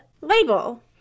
label